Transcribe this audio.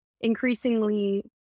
increasingly